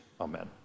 Amen